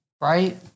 right